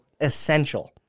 essential